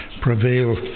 prevail